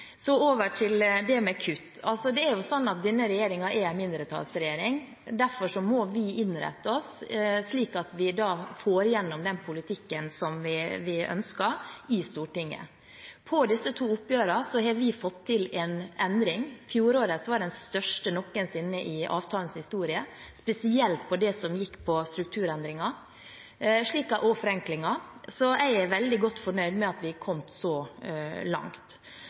Så over til kutt. Denne regjeringen er en mindretallsregjering. Derfor må vi innrette oss slik at vi får igjennom den politikken som vi ønsker i Stortinget. På disse to oppgjørene har vi fått til en endring. Fjorårets var den største noensinne i avtalens historie, spesielt når det gjelder strukturendringer. Slik er det òg med forenklinger, så jeg er veldig godt fornøyd med at vi er kommet så langt.